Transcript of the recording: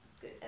good